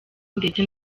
ndetse